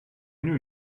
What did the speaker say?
knew